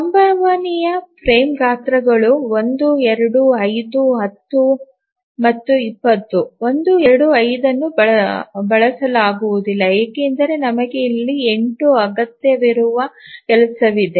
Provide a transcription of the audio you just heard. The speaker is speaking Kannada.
ಸಂಭವನೀಯ ಫ್ರೇಮ್ ಗಾತ್ರಗಳು 1 2 5 10 ಮತ್ತು 20 ಮತ್ತು 1 2 5 ಅನ್ನು ಬಳಸಲಾಗುವುದಿಲ್ಲ ಏಕೆಂದರೆ ನಮಗೆ ಇಲ್ಲಿ 8 ಅಗತ್ಯವಿರುವ ಕೆಲಸವಿದೆ